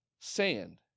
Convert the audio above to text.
sand